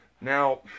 Now